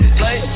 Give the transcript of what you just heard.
play